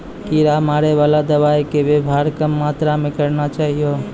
कीड़ा मारैवाला दवाइ के वेवहार कम मात्रा मे करना चाहियो